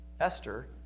Esther